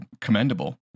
commendable